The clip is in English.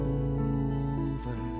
over